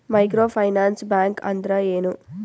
Micro finance bank ಅಂದ್ರ ಏನು?